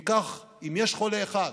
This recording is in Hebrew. אם כך, אם יש חולה אחד,